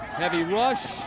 heavy rush.